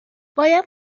باید